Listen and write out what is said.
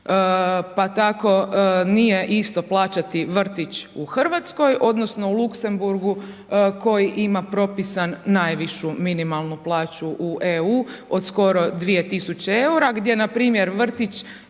Pa tako nije isto plaćati vrtić u Hrvatskoj odnosno u Luksemburg-u koji ima propisan najvišu minimalnu plaću u EU od skoro 2000 EUR-a, gdje na primjer vrtić